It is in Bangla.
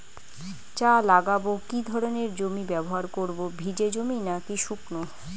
চা লাগাবো কি ধরনের জমি ব্যবহার করব ভিজে জমি নাকি শুকনো?